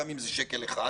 גם אם זה שקל אחד.